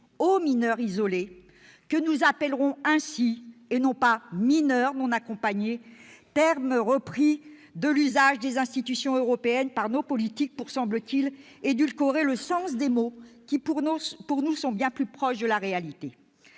aux mineurs isolés- nous les appellerons ainsi et non pas « mineurs non accompagnés », termes repris de l'usage des institutions européennes par nos politiques pour, semble-t-il, édulcorer le sens des mots, cette expression étant bien plus proche de la réalité.